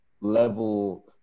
level